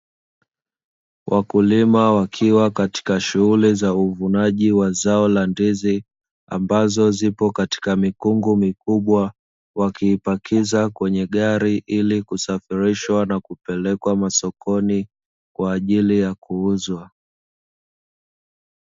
Wakulima wakiwa katika shughuli za uvunaji wa zao la ndizi ambazo zipo katika mikungu mikubwa, wakiipakia kwenye gari ili kusafirishwa na kupelekwa masokoni kwa ajili ya kuuzwa.